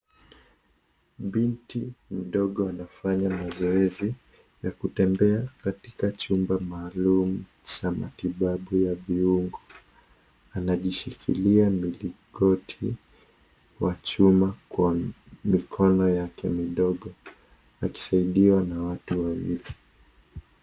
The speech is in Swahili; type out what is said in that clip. Binti mdogo anafanya mazoezi ya kutembea katika chumba maalum za matibabu ya viungo. Anajishikilia milingoti wa chuma kwa mikono yake midogo akisaidiwa na watu wawili.